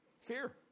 Fear